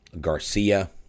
garcia